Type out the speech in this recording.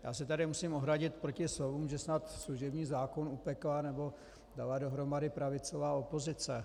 Já se tu musím ohradit proti slovům, že snad služební zákon upekla nebo dala dohromady pravicová opozice.